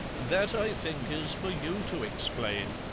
that, i think, is for you to explain,